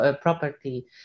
property